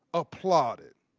applauded.